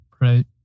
Right